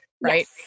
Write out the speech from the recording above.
Right